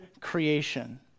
creation